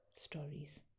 stories